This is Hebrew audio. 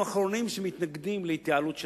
אנחנו האחרונים שמתנגדים להתייעלות של